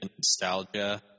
nostalgia